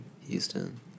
Houston